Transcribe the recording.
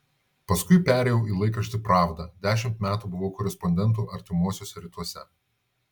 paskui perėjau į laikraštį pravda dešimt metų buvau korespondentu artimuosiuose rytuose